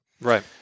right